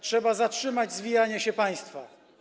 Trzeba zatrzymać zwijanie się państwa.